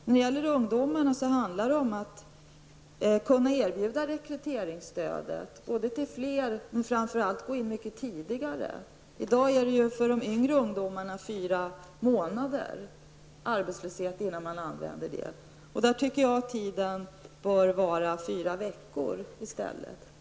När det gäller ungdomarna handlar det om att kunna erbjuda rekryteringsstöd till fler men framför allt att gå in mycket tidigare. För de yngre ungdomarna sätts det stödet i dag inte in förrän efter fyra månaders arbetslöshet. Jag tycker att det bör ske efter fyra veckor i stället.